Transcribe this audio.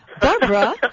Barbara